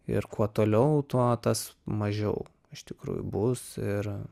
ir kuo toliau tuo tas mažiau iš tikrųjų bus ir